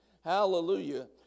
Hallelujah